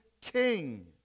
King